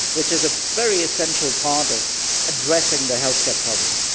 which is a very essential part of addressing the health-care problem.